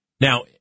Now